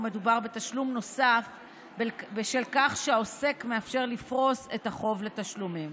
ומדובר בתשלום נוסף בשל כך שהעוסק מאפשר לפרוס את החוב לתשלומים.